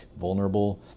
vulnerable